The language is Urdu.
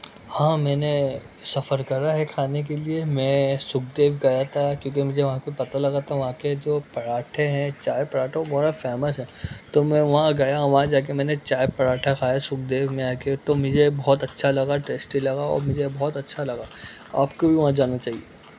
ہاں میں نے سفر کرا ہے کھانے کے لیے میں سکھدیو گیا تھا کیوں کہ مجھے وہاں پہ پتہ لگا تھا وہاں کے جو پراٹھے ہیں چائے پراٹھے وہ بہت فیمس ہیں تو میں وہاں گیا وہاں جاکے میں نے چائے پراٹھا کھایا سکھدیو میں جاکے تو مجھے بہت اچھا لگا ٹیسٹی لگا اور مجھے بہت اچھا لگا آپ کو بھی وہاں جانا چاہیے